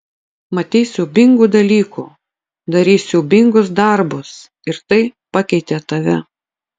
matei siaubingų dalykų darei siaubingus darbus ir tai pakeitė tave